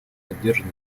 поддержаны